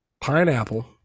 pineapple